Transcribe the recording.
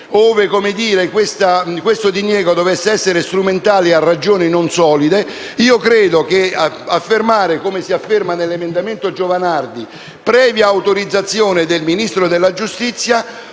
ove questo diniego dovesse essere strumentale a ragioni non solide, credo allora che affermare, come si fa nell'emendamento 4.201, «previa autorizzazione del Ministro della giustizia»,